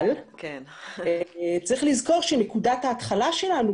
אבל צריך לזכור שנקודת ההתחלה שלנו,